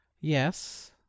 Yes